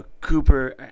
Cooper